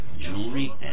jewelry